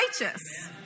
righteous